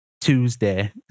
Tuesday